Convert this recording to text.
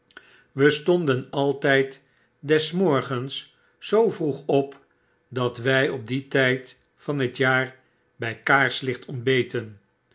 we stonden altp des morgens zoo vroeg op dat wij op dien tijd van hetjaar bg kaarslicht ontbeten